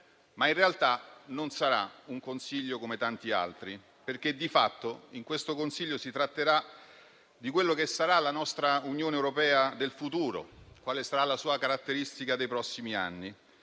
In realtà non sarà un Consiglio come tanti altri, perché di fatto in questo Consiglio si tratterà di quello che sarà la nostra Unione europea del futuro, quale sarà la sua caratteristica dei prossimi anni,